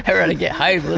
everybody get hyped.